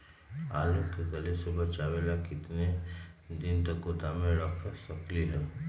आलू के गले से बचाबे ला कितना दिन तक गोदाम में रख सकली ह?